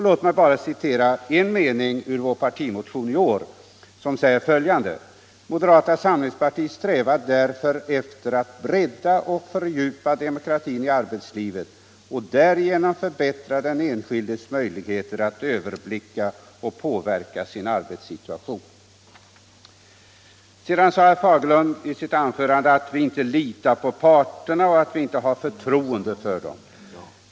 Låt mig citera en mening ur vår partimotion i år: ”Moderata samlingspartiet strävar därför efter att bredda och fördjupa demokratin i arbetslivet och därigenom förbättra den enskildes möjlighet att överblicka och påverka sin arbetssituation.” Sedan påstod herr Fagerlund i sitt anförande att vi inte litar på parterna och att vi inte har förtroende för dem.